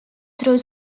through